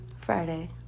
friday